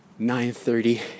9.30